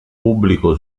pubblico